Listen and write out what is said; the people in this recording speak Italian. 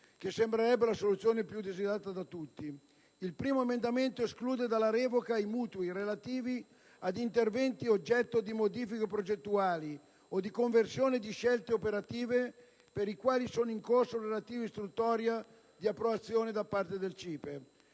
che sembrerebbe la soluzione più desiderata da tutti. Il primo emendamento esclude dalla revoca i mutui relativi a interventi oggetto di modifiche progettuali o di conversione di scelte operative, per i quali sono in corso le relative istruttorie di approvazione da parte del CIPE.